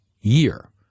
year